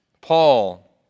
Paul